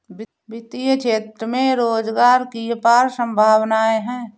वित्तीय क्षेत्र में रोजगार की अपार संभावनाएं हैं